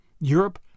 Europe